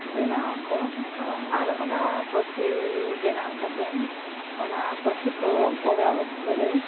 ᱵᱮᱱᱟᱣ ᱟᱠᱚ ᱟᱨ ᱚᱱᱟ ᱯᱟᱹᱥᱤ ᱵᱮᱱᱟᱣ ᱠᱟᱛᱮᱱ ᱚᱱᱟ ᱯᱟᱹᱥᱤ ᱠᱚ ᱚᱰᱟᱣ ᱚᱠᱛᱚ ᱨᱮ